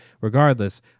regardless